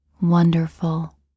Wonderful